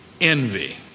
envy